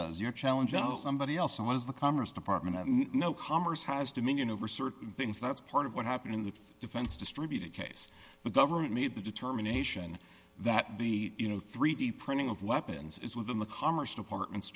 does your challenge know somebody else and what is the commerce department i know commerce has dominion over certain things that's part of what happened in the defense distributed case the government made the determination that the you know three d printing of weapons is within the commerce department